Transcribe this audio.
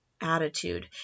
attitude